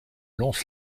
lons